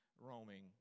roaming